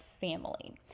family